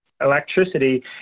electricity